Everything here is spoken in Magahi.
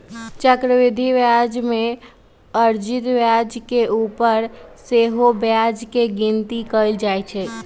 चक्रवृद्धि ब्याज में अर्जित ब्याज के ऊपर सेहो ब्याज के गिनति कएल जाइ छइ